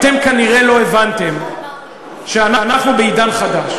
אתם כנראה לא הבנתם שאנחנו בעידן חדש,